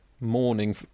morning